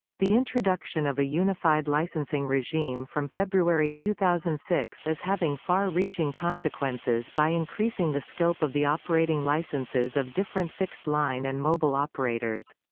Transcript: the introduction of a unified licensing regime from february two thousand and six is having far-reaching consequences by increasing the scope of the operating licenses of different fixed-line and mobile operators.